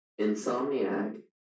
Insomniac